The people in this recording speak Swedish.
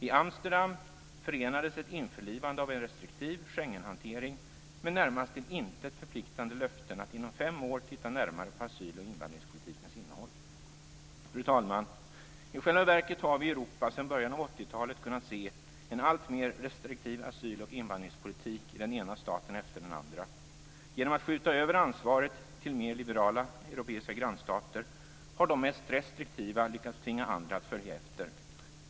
I Amsterdam förenades ett införlivande av en restriktiv Schengenhantering med närmast till intet förpliktande löften att inom fem år titta närmare på asyl och invandringspolitikens innehåll. Fru talman! I själva verket har vi i Europa sedan början av 80-talet kunnat se en alltmer restriktiv asyloch invandringspolitik i den ena staten efter den andra. Genom att skjuta över ansvaret till mer liberala europeiska grannstater har de mest restriktiva lyckats tvinga andra att följa efter.